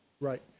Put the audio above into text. Right